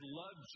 love